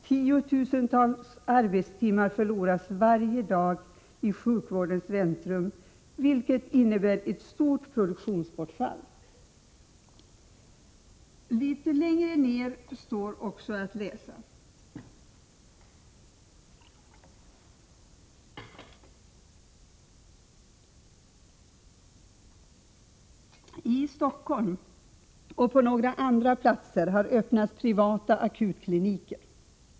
Tiotusentals arbetstimmar förloras varje dag i sjukvårdens väntrum, vilket innebär ett stort produktionsbortfall.” Litet längre ner står det: ”TI Stockholm och på några andra platser har öppnats privata akutkliniker.